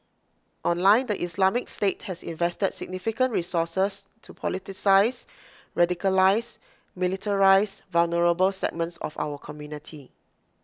online the Islamic state has invested significant resources to politicise radicalise militarise vulnerable segments of our community